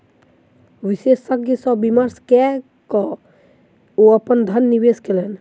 विशेषज्ञ सॅ विमर्श कय के ओ अपन धन निवेश कयलैन